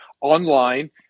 online